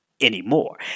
Anymore